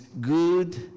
good